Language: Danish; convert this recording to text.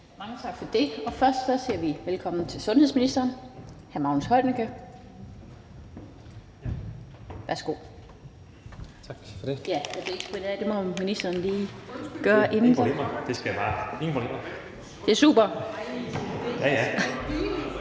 Mange tak for det. Først siger vi velkommen til sundhedsministeren. Værsgo.